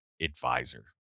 advisor